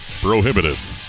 prohibitive